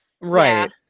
right